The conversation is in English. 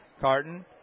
Carton